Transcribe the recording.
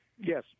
Yes